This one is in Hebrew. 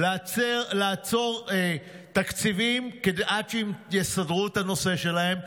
לעצור תקציבים עד שיסדרו את הנושא שלהם.